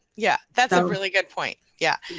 yeah. that's a really good point, yeah.